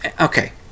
okay